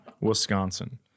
Wisconsin